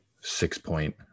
six-point